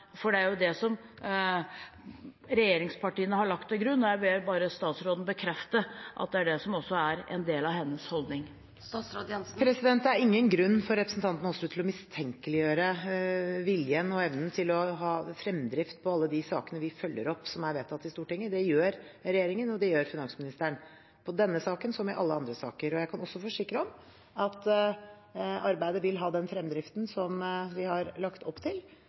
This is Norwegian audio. for det er det regjeringspartiene har lagt til grunn. Jeg ber bare statsråden bekrefte at det også er hennes holdning. Det er ingen grunn for representanten Aasrud til å mistenkeliggjøre viljen og evnen til å ha fremdrift i alle de sakene vi følger opp som er vedtatt i Stortinget. Det gjør regjeringen, og det gjør finansministeren – i denne saken som i alle andre saker. Jeg kan også forsikre om at arbeidet vil ha den fremdriften vi har lagt opp til.